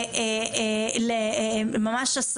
או הודעה תומכת במחבל שרצח יהודים,